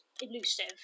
elusive